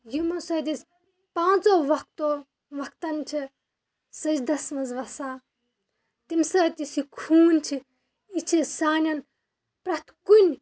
یِمو سۭتۍ أسۍ پانٛژَو وقتَو وَقتن چھِ سجدَس منٛز وَسان تَمہِ سۭتۍ یُس یہِ خوٗن چھِ یہِ چھِ سانٮ۪ن پرٛٮ۪تھ کُنہِ